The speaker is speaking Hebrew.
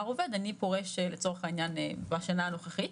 העובד "..אני פורש לצורך העניין בשנה הנוכחית,